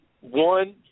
one